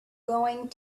going